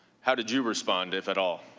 how did you respond if at all.